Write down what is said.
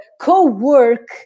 co-work